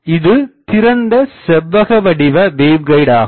இது திறந்த செவ்வகவடிவ வேவ் கைடு ஆகும்